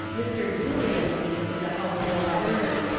mr. dooley at least is a household word.